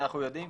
אנחנו יודעים,